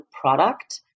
product